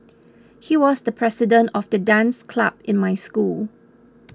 he was the president of the dance club in my school